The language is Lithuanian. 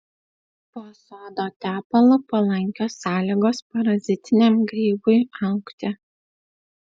po sodo tepalu palankios sąlygos parazitiniam grybui augti